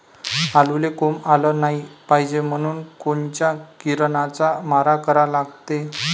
आलूले कोंब आलं नाई पायजे म्हनून कोनच्या किरनाचा मारा करा लागते?